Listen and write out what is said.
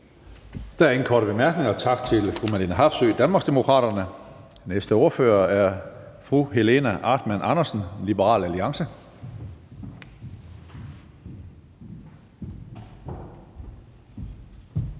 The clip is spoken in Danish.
Der er ingen korte bemærkninger. Tak til fru Marlene Harpsøe, Danmarksdemokraterne. Den næste ordfører er fru Helena Artmann Andresen, Liberal Alliance.